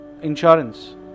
insurance